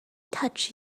touch